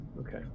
Okay